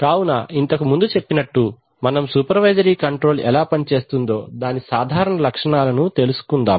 కావున ఇంతకుముందు చెప్పినట్టు మనము సూపర్వైజరీ కంట్రోల్ ఎలా పని చేస్తుందో దాని సాధారణ లక్షణాలను తెలుసుకుందాం